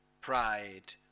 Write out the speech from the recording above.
pride